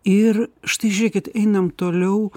ir štai žiūrėkit einam toliau